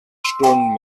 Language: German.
stullen